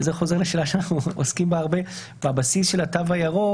זה חוזר לשאלה שאנחנו עוסקים בה הרבה בבסיס של התו הירוק,